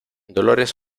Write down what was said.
dolores